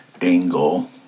angle